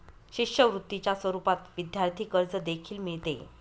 शिष्यवृत्तीच्या स्वरूपात विद्यार्थी कर्ज देखील मिळते